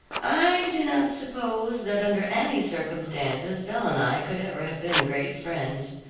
i do not suppose that under any circumstances belle and i could ever have been great friends.